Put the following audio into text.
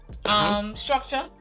Structure